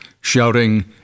shouting